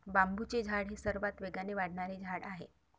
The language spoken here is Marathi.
बांबूचे झाड हे सर्वात वेगाने वाढणारे झाड आहे